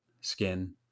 skin